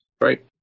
Right